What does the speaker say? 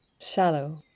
Shallow